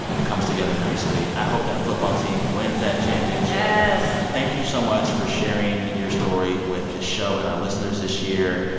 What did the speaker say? comes together nicely. i hope that football team wins that championship yes thank you so much for sharing your story with the show and our listeners this year.